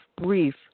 brief